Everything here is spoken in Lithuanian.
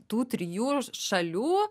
tų trijų šalių